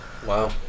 Wow